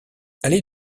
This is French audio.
allez